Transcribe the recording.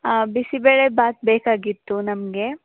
ಹಾಂ ಬಿಸಿ ಬೇಳೆ ಭಾತ್ ಬೇಕಾಗಿತ್ತು ನಮಗೆ